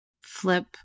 flip